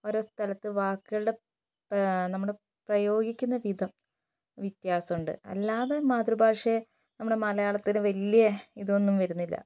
ഓരോ സ്ഥലത്തു വാക്കുകളുടെ നമ്മുടെ പ്രയോഗിക്കുന്ന വിധം വ്യത്യാസമുണ്ട് അല്ലാതെ മാതൃഭാഷയെ നമ്മുടെ മലയാളത്തിൽ വലിയ ഇതൊന്നും വരുന്നില്ല